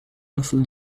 nasıl